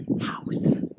house